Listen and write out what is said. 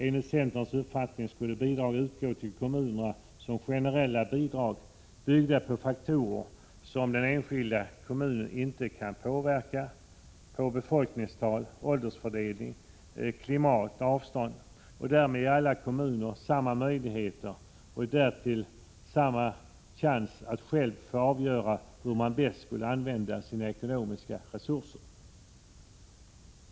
Enligt centerns uppfattning skulle bidrag utgå till kommunerna som generella bidrag, bygga på faktorer som den enskilda kommunen inte kan påverka, befolkningstal, åldersfördelning, klimat, avstånd etc., och därmed ge alla kommuner samma möjligheter att direkt och själva avgöra hur man bäst skall använda sina ekonomiska resurser.